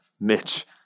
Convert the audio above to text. Mitch